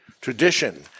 tradition